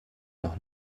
noch